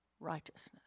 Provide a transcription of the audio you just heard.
righteousness